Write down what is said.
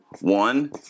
one